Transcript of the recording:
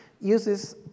uses